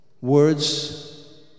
Words